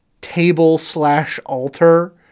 table-slash-altar